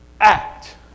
act